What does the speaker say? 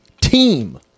team